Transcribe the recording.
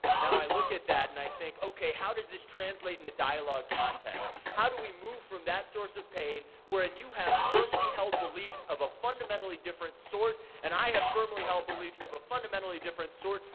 now, i look at that and i think, okay, how does this translate in a dialogue context? how do we move from that source of pain where and you have firmly held beliefs of a fundamentally different sort, and i have firmly held beliefs of a fundamentally different sort.